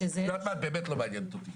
את באמת לא מעניינת אותי.